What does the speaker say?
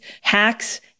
Hacks